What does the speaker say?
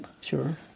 Sure